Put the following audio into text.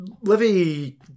Livy